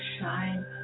shine